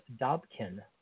Dobkin